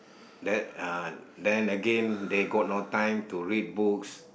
that uh then again they got no time to read books